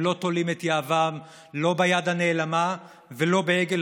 הם לא תולים את יהבם לא ביד הנעלמה ולא בעגל